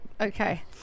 Okay